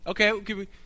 Okay